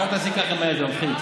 רק אל תעשי ככה עם היד, זה מפחיד.